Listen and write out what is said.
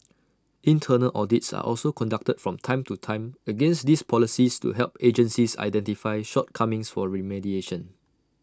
internal audits are also conducted from time to time against these policies to help agencies identify shortcomings for remediation